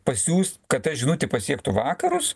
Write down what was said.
pasiųst kad ta žinutė pasiektų vakarus